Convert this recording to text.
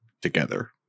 together